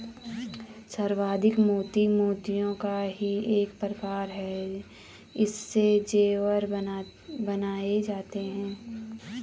संवर्धित मोती मोतियों का ही एक प्रकार है इससे जेवर बनाए जाते हैं